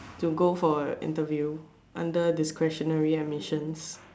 to go for interview under discretionary admissions